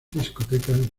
discotecas